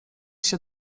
się